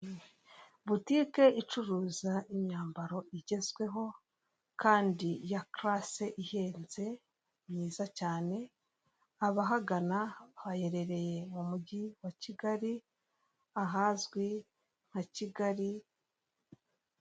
Botike icuruza imyambaro igezweho kandi ya karasike ihenze myiza cyane abahagana baherereye mu mujyi wa kigali ahazwi nka kigali.